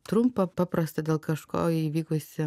trumpą paprastą dėl kažko įvykusį